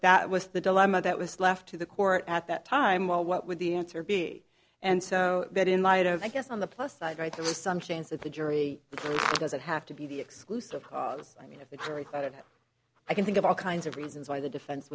that was the dilemma that was left to the court at that time well what would the answer be and so that in light of i guess on the plus side right there was some chance of the jury doesn't have to be the exclusive i mean if it's very clear that i can think of all kinds of reasons why the defense